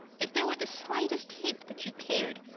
if there were the slightest hint that you cared,